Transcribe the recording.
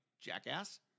jackass